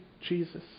Jesus